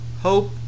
hope